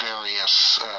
various